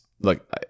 Look